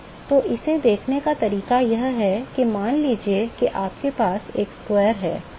तो इसे देखने का तरीका यह है कि मान लीजिए कि आपके पास एक वर्ग है